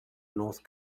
north